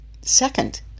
second